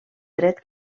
dret